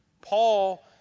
Paul